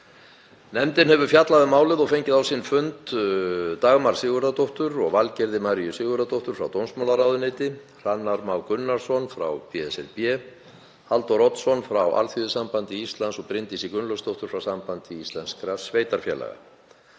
Nefndin hefur fjallað um málið og fengið á sinn fund Dagmar Sigurðardóttur og Valgerði Maríu Sigurðardóttur frá dómsmálaráðuneyti, Hrannar Má Gunnarsson frá BSRB, Halldór Oddsson frá Alþýðusambandi Íslands og Bryndísi Gunnlaugsdóttur frá Sambandi íslenskra sveitarfélaga.